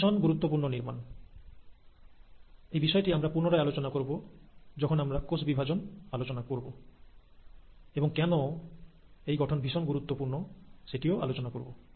এটি ভীষণ গুরুত্ব পূর্ণ নির্মাণ এই বিষয়টি আমরা পুনরায় আলোচনা করব যখন আমরা কোষ বিভাজন আলোচনা করব এবং কেন এই গঠন ভীষণ গুরুত্ব পূর্ণ সেটিও আলোচনা করব